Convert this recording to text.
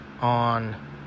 on